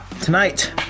Tonight